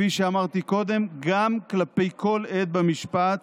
כפי שאמרתי קודם, גם כלפי כל עד במשפט